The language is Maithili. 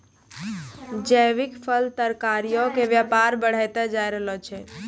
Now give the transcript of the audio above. जैविक फल, तरकारीयो के व्यापार बढ़तै जाय रहलो छै